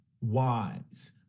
wise